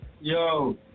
Yo